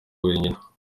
wenyine